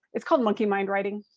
it's called monkey mind writing.